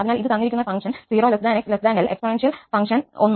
അതിനാൽ ഇത് തന്നിരിക്കുന്ന ഫങ്ക്ഷന് 0𝑥Lഎക്സ്പോണൻഷ്യൽ ഫംഗ്ഷൻ 1